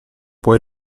puoi